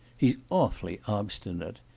he's awfully obstinate.